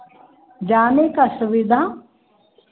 जाने का सुविधा